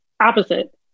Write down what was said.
opposite